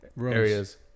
areas